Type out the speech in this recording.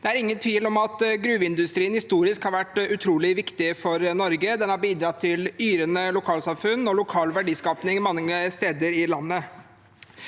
Det er ingen tvil om at gruveindustrien historisk har vært utrolig viktig for Norge. Den har bidratt til yrende lokalsamfunn og lokal verdiskaping mange steder i landet.